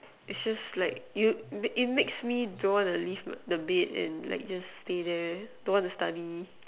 it's just like you it makes me don't want to leave the bed and like just stay there don't want to study